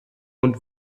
und